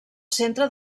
centre